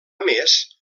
més